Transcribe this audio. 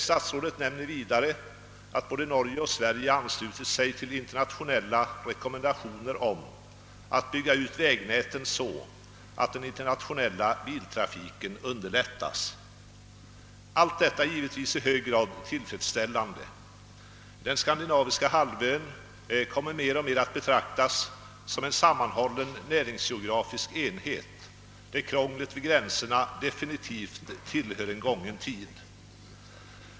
Statsrådet nämner vidare att både Norge och Sverige anslutit sig till internationella rekommendationer om att bygga ut vägnäten så att den internationella biltrafiken underlättas. Allt detta är givetvis i hög grad tiillfredsställande. Den skandinaviska halvön kommer mer och mer att betraktas som en sammanhållen näringsgeografisk enhet, där krånglet vid gränserna definitivt tillhör en gången tid.